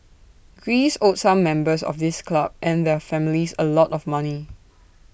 Greece owed some members of this club and their families A lot of money